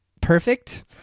perfect